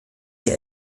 hier